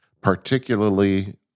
particularly